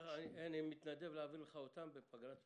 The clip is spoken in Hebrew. אני מתנדב להעביר לך אותן בפגרת הבחירות,